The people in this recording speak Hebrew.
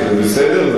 זה בסדר?